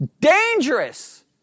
dangerous